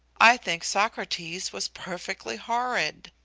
i think socrates was perfectly horrid.